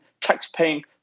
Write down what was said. taxpaying